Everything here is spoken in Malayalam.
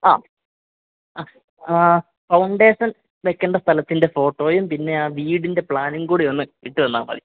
ആ അ ഫൗണ്ടേഷൻ വെക്കേണ്ട സ്ഥലത്തിൻ്റെ ഫോട്ടോയും പിന്നെ ആ വീടിൻ്റെ പ്ലാനും കൂടിയൊന്ന് ഇട്ടു തന്നാൽ മതി